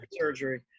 surgery